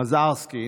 מזרְסקי.